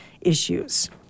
issues